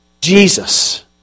Jesus